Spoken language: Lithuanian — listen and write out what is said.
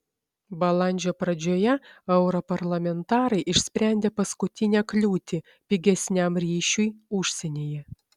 balandžio pradžioje europarlamentarai išsprendė paskutinę kliūtį pigesniam ryšiui užsienyje